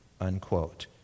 unquote